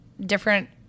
different